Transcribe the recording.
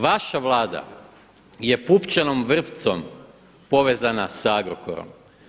Vaša Vlada je pupčanom vrpcom povezana sa Agrokorom.